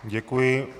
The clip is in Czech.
Děkuji.